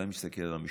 מסתכל על המשפחות,